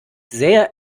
sehr